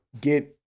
get